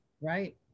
right